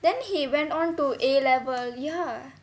then he went on to A level ya